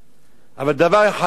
אבל דבר אחד כן צריך לדעת,